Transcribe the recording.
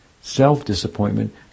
self-disappointment